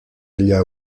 ella